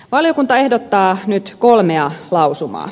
valiokunta ehdottaa nyt kolmea lausumaa